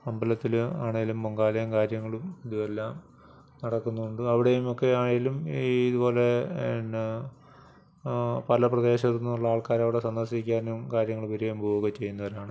അമ്പലത്തിൽ ആണേലും പൊങ്കാലയും കാര്യങ്ങളും ഇതുമെല്ലാം നടക്കുന്നുണ്ട് അവിടെയും ഒക്കെയായാലും ഈ ഇതുപോലെ എന്നാ പല പ്രദേശത്തുനിന്നുള്ള ആൾക്കാർ അവിടെ സന്ദർശിക്കാനും കാര്യങ്ങളും വരികയും പോവുകയും ഒക്കെ ചെയ്യുന്നവരാണ്